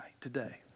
today